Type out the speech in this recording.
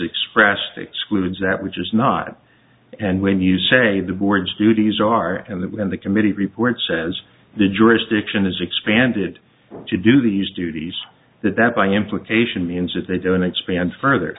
expressed excludes that which is not and when you say the words duties are and that when the committee report says the jurisdiction is expanded to do these duties that by implication means if they don't expand further